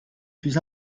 plus